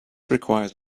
requires